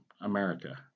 America